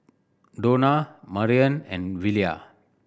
Donna Marrion and Willia